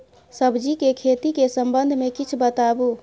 सब्जी के खेती के संबंध मे किछ बताबू?